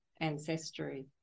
ancestry